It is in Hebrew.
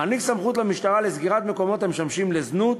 מעניק למשטרה סמכות לסגור מקומות המשמשים לזנות,